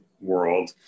world